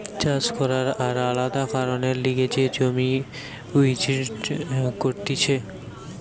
চাষ করবার আর আলাদা কারণের লিগে যে জমি ইউজ করতিছে